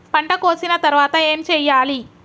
పంట కోసిన తర్వాత ఏం చెయ్యాలి?